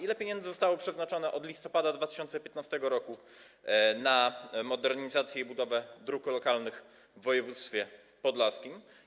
Ile pieniędzy przeznaczono od listopada 2015 r. na modernizację i budowę dróg lokalnych w województwie podlaskim?